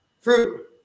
fruit